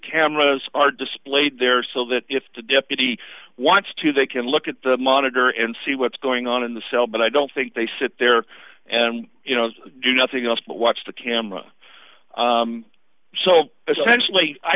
cameras are displayed there so that if the deputy wants to they can look at the monitor and see what's going on in the cell but i don't think they sit there and do nothing else but watch the camera so essentially i